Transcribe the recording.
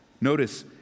Notice